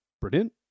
brilliant